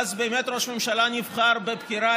ואז באמת ראש ממשלה נבחר בבחירה